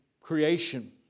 Creation